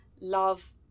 love